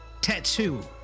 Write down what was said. tattoo